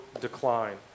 decline